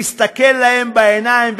להסתכל להם בעיניים.